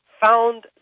found